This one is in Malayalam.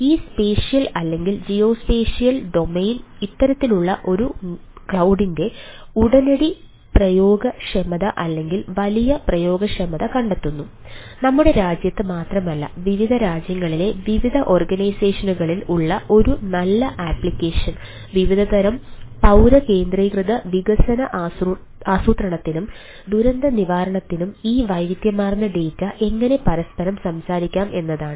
ഈ സ്പേഷ്യൽ അല്ലെങ്കിൽ ജിയോസ്പേഷ്യൽ ഡൊമെയ്ൻ എങ്ങനെ പരസ്പരം സംസാരിക്കാം എന്നതാണ്